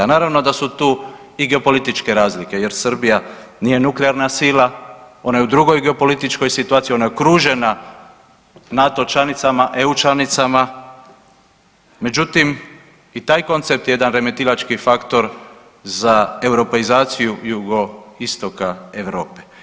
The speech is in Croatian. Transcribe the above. Naravno da su tu i geopolitičke razlike jer Srbija nije nuklearna sila, ona je u drugoj geopolitičkoj situaciji, ona je okružena NATO članicama, EU članicama, međutim i taj koncept jedan remetilački faktor za europeizaciju Jugoistoka Europe.